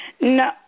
No